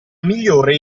migliore